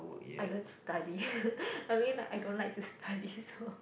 I don't study I mean I don't like to study so